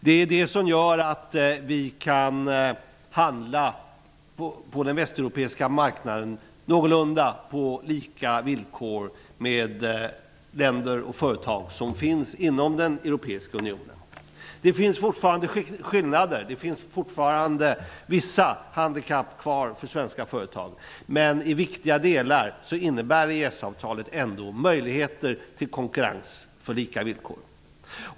Det gör att vi kan handla på den västeuropeiska marknaden på någorlunda lika villkor med länder och företag som finns inom den europeiska unionen. Det finns fortfarande skillnader. Det finns fortfarande vissa handikapp kvar för svenska företag, men i viktiga delar innebär EES-avtalet ändå möjligheter till konkurrens på lika villkor.